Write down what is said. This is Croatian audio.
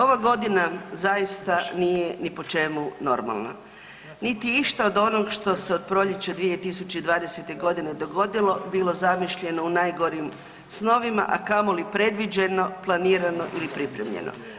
Ova godina zaista nije ni po čemu normalna, niti išta od onog što se od proljeća 2020. godine dogodilo bilo zamišljeno u najgorim snovima, a kamoli predviđeno, planirano ili pripremljeno.